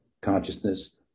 consciousness